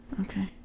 Okay